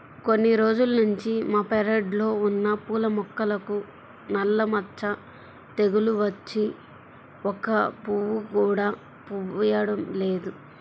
కొన్ని రోజుల్నుంచి మా పెరడ్లో ఉన్న పూల మొక్కలకు నల్ల మచ్చ తెగులు వచ్చి ఒక్క పువ్వు కూడా పుయ్యడం లేదు